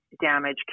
damage